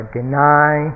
deny